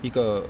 一个